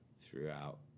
throughout